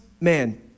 man